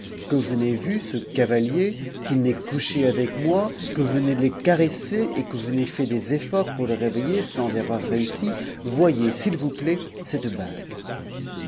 que je n'aie ce eavatier qu'il'n'ait couché avec moi que je ne l'aie caressé et que je ne tait des efforts pourle réveiher sans y avoir réussi voyez s'il vous nhit cette bague